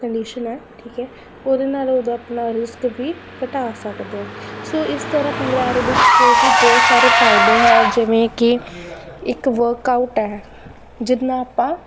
condition ਹੈ ਠੀਕ ਹੈ ਉਹਦੇ ਨਾਲ ਉਦੋਂ ਆਪਣਾ ਰਿਸਕ ਵੀ ਘਟਾ ਸਕਦੇ ਹਾਂ ਸੋ ਇਸ ਤਰ੍ਹਾਂ ਭੰਗੜਾ ਐਰੋਬਿਕਸ ਦੇ ਵੀ ਬਹੁਤ ਸਾਰੇ ਫਾਇਦੇ ਹੈ ਜਿਵੇਂ ਕਿ ਇੱਕ ਵਰਕਆਊਟ ਹੈ ਜਿਤਨਾ ਆਪਾਂ